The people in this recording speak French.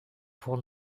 pour